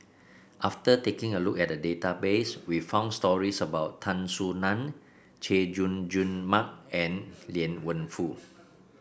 after taking a look at the database we found stories about Tan Soo Nan Chay Jung Jun Mark and Liang Wenfu